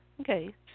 Okay